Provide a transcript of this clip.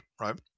right